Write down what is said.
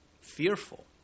fearful